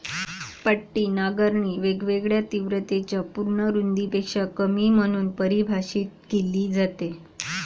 पट्टी नांगरणी वेगवेगळ्या तीव्रतेच्या पूर्ण रुंदीपेक्षा कमी म्हणून परिभाषित केली जाते